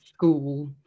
school